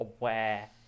aware